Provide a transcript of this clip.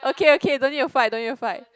okay okay don't need to fight don't need to fight